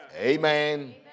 amen